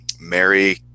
mary